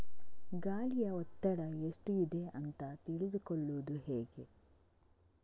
ಗಾಳಿಯ ಒತ್ತಡ ಎಷ್ಟು ಇದೆ ಅಂತ ತಿಳಿದುಕೊಳ್ಳುವುದು ಹೇಗೆ?